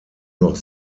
noch